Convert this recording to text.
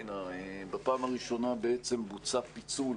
בפעם הראשונה בוצע פיצול